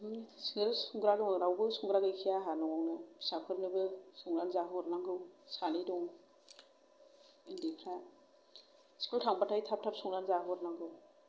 सोर संग्रा दङ रावबोे संग्रा गैखाया आंहा न'आवनो फिसाफोरनोबो संनानै जाहोहरनांगौ सानै दं उनदैफोरा स्कुल थांबाथाय थाब थाब संनानै जाहोहरनांगौै